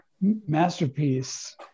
masterpiece